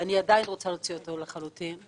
מתוך החוק.